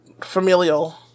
familial